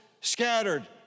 scattered